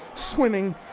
swimming,